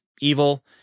evil